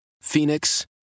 Phoenix